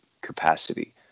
capacity